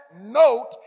note